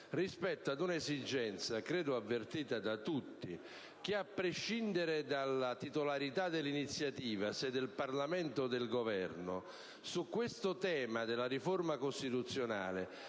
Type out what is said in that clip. rispetto ad un'esigenza credo avvertita da tutti. A prescindere dalla titolarità dell'iniziativa, se del Parlamento o del Governo, su questo tema della riforma costituzionale